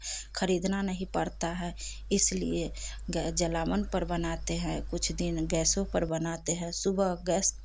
ख़रीदना नही पड़ता है इसलिए गै जलावन पर बनाते हैं कुछ दिन गैसों पर बनाते है सुबह गैस